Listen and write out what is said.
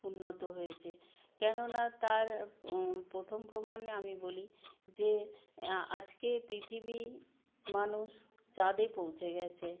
উন্নত হয়েছে কেননা তার প্রথম প্রমাণে আমি বলি যে আজকে পৃথিবী মানুষ চাঁদে পৌঁছে গেছে